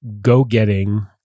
go-getting